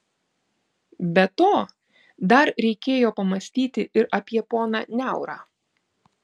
be to dar reikėjo pamąstyti ir apie poną niaurą